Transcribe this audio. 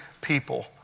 people